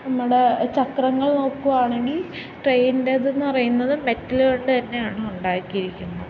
നമ്മുടെ ചക്രങ്ങൾ നോക്കുകയാണെങ്കില് ട്രെയിനിൻറ്റേതെന്ന് പറയുന്നത് മെറ്റലുകൊണ്ട് തന്നെയാണ് ഉണ്ടാക്കിയിരിക്കുന്നത്